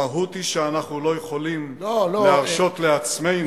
המהות היא שאנחנו לא יכולים להרשות לעצמנו,